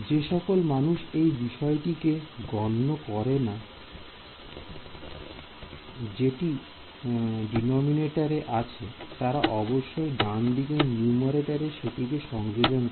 যে সকল মানুষ এই বিষয়টিকে গণ্য করে না জেটি ডিনোমিনেটার এ আছে তারা অবশ্যই ডান দিকের নিউমারেটার এ সেটিকে সংযোজন করে